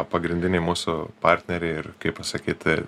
pagrindiniai mūsų partneriai ir kaip pasakyt